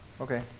Okay